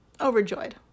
overjoyed